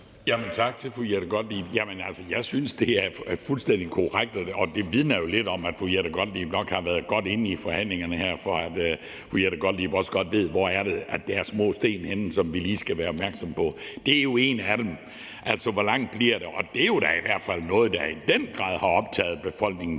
Tak til fru Jette Gottlieb. Jamen jeg synes, det er fuldstændig korrekt, og det vidner jo lidt om, at fru Jette Gottlieb nok har været godt inde i forhandlingerne her, når fru Jette Gottlieb godt ved, hvor det er, der er de her små sten, som vi lige skal være opmærksomme på. Det er jo en af dem: Hvor langt bliver der? Det er jo da i hvert fald noget, der i den grad har optaget befolkningen